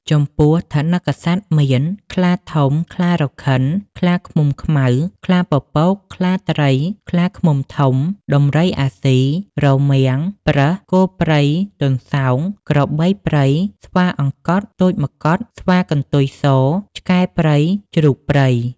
ចំពោះថនិកសត្វមាន ខ្លាធំ ខ្លារខិន ខ្លាឃ្មុំខ្មៅ ខ្លាពពក ខ្លាត្រី ខ្លាឃ្មុំធំ ដំរីអាស៊ី រមាំង ប្រើស គោព្រៃ ទន្សោង ក្របីព្រៃ ស្វាអង្កត់ ទោចម្កុដ ស្វាកន្ទុយស ឆ្កែព្រៃ ជ្រូកព្រៃ ។ល។